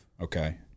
Okay